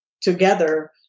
together